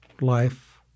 life